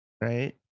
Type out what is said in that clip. right